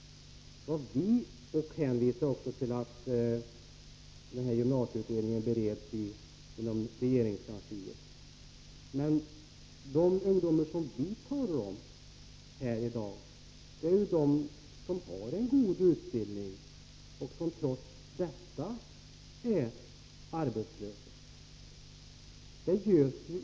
Han hänvisar också till att gymnasieutredningen bereds inom regeringskansliet. Men de ungdomar som vi talar om här i dag är ju de som har en god utbildning och som trots detta är arbetslösa.